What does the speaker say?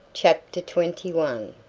chapter twenty one.